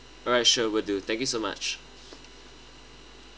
alright sure will do thank you so much